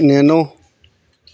nano